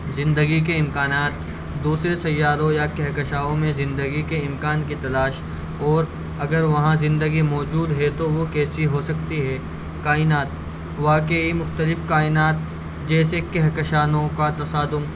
زندگی کے امکانات دوسرے سیاروں یا کہکشاؤں میں سے زندگی کے امکان کی تلاش اور اگر وہاں زندگی موجود ہے تو وہ کیسی ہو سکتی ہے کائنات واقعی مختلف کائنات جیسے کہکشاؤں کا تصادم